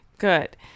Good